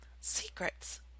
Secrets